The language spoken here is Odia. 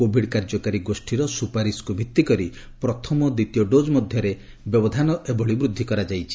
କୋଭିଡ୍ କାର୍ଯ୍ୟକାରୀ ଗୋଷ୍ଠୀର ସୁପାରିଶକୁ ଭିଭି କରି ପ୍ରଥମ ଓ ଦ୍ୱିତୀୟ ଡୋଜ୍ ମଧ୍ୟରେ ବ୍ୟବଧାନ ସମୟରେ ଏଭଳି ବୃଦ୍ଧି କରାଯାଇଛି